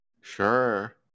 Sure